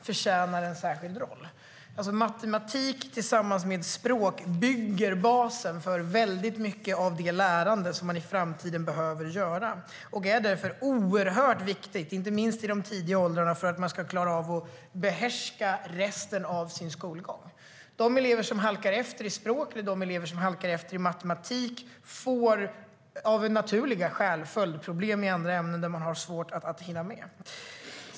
Matematik bygger tillsammans med språk basen för mycket av det lärande som man behöver i framtiden och är därför oerhört viktigt, inte minst i de tidiga åldrarna, för att man ska klara att behärska resten av sin skolgång. De elever som halkar efter i språk eller matematik får av naturliga skäl följdproblem i andra ämnen där man har svårt att hinna med.